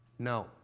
No